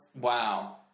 Wow